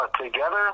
together